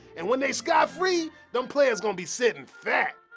and when they scott free, dem playas gonna be sittin fat.